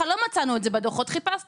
שלא מצאנו את זה בדוחות למרות שחיפשנו.